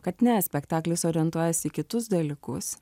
kad ne spektaklis orientuojasi į kitus dalykus